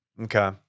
Okay